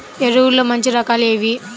ఎరువుల్లో మంచి రకాలు ఏవి?